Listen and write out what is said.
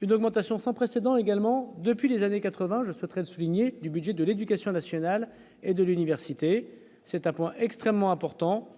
une augmentation sans précédent également depuis les années 80 je souhaiterai souligner du budget de l'Éducation nationale et de l'université, c'est un point extrêmement important